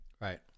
right